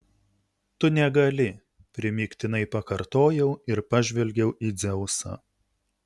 tu negali primygtinai pakartojau ir pažvelgiau į dzeusą